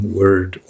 word